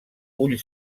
ull